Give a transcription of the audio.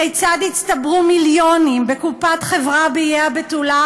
כיצד הצטברו מיליונים בקופת חברה באיי-הבתולה